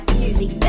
music